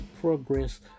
progress